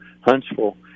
Huntsville